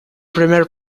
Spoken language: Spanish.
primer